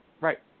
Right